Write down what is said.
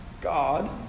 God